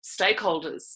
stakeholders